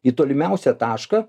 į tolimiausią tašką